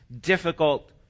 difficult